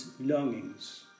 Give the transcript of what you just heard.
longings